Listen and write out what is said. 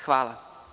Hvala.